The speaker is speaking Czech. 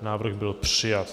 Návrh byl přijat.